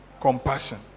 compassion